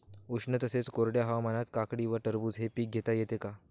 उष्ण तसेच कोरड्या हवामानात काकडी व टरबूज हे पीक घेता येते का?